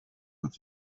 with